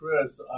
Chris